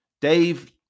Dave